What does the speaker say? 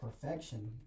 perfection